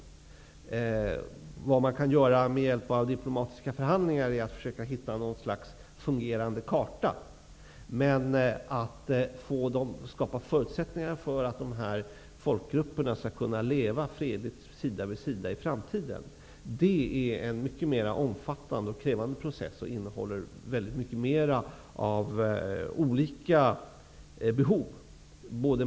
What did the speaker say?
Men vad man kan göra med hjälp av diplomatiska förhandlingar är att man försöker hitta ett slags fungerande karta. Att skapa förutsättningar för att de här folkgrupperna skall kunna leva fredligt, sida vid sida, i framtiden är dock en mycket mera omfattande och krävande process. Denna process innehåller väldigt mycket mer av olika behov.